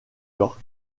york